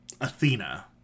Athena